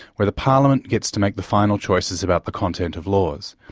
where the parliament gets to make the final choices about the content of laws.